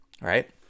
right